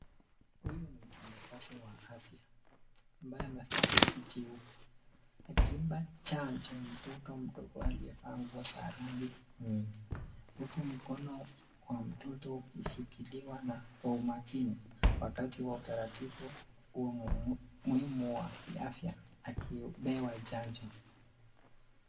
Huyu ni mfanyikazi wa afya ambaye amevaa koti jeupe akimpa chanjo mtoto mdogo aliyevaa nguo za rangi nyingi, huku mkono wa mtoto ukishikiliwa kwa umakini wakati wa utaratibu huo muhimu wa kiafya akipewa chanjo.